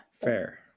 Fair